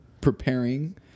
preparing